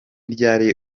ryari